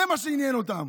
זה מה שעניין אותם.